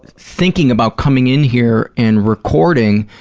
thinking about coming in here and recording,